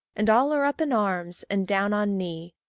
and all are up in arms, and down on knee,